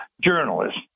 journalist